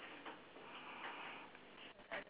weed